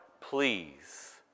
please